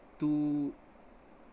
to